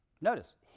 Notice